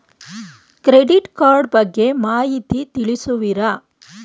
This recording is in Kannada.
ಕ್ರೆಡಿಟ್ ಕಾರ್ಡ್ ಬಗ್ಗೆ ಮಾಹಿತಿ ತಿಳಿಸುವಿರಾ?